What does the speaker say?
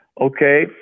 Okay